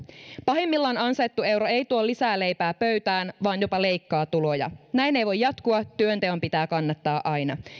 pahimmillaan ansaittu euro ei tuo lisää leipää pöytään vaan jopa leikkaa tuloja näin ei voi jatkua työnteon pitää kannattaa aina